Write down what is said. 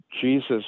Jesus